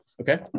okay